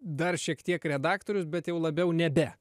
dar šiek tiek redaktorius bet jau labiau nebe